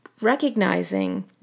recognizing